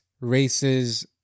races